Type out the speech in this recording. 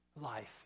life